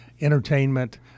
entertainment